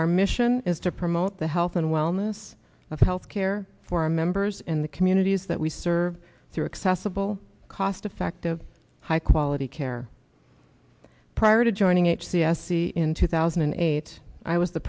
our mission is to promote the health and wellness of health care for our members in the communities that we serve through accessible cost effective high quality care prior to joining h c s c in two thousand and eight i was the